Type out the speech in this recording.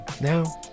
Now